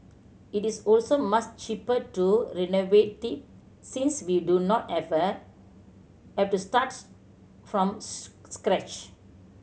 it is also much cheaper to renovated since we do not effort have to starts from scratch